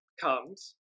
comes